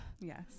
Yes